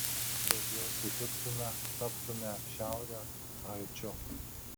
bet jei sutiktume taptume šiaurės haičiu